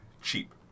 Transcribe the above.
cheap